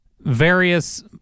various